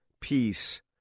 peace